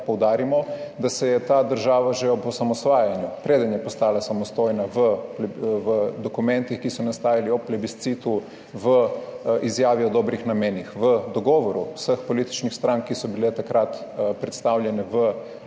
poudarimo, da se je ta država že ob osamosvajanju, preden je postala samostojna, v dokumentih, ki so nastajali ob plebiscitu, v izjavi o dobrih namenih, v dogovoru vseh političnih strank, ki so bile takrat predstavljene v